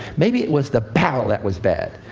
maybe it was the barrel that was bad.